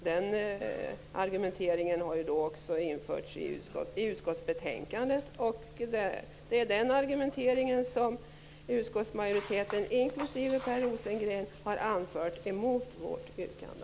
Detta argument har anförts också i utskottsbetänkandet, och det är det argument som utskottsmajoriteten inklusive Per Rosengren har anfört emot vårt yrkande.